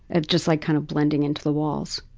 at just, like kind of blending in to the walls.